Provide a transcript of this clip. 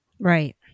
Right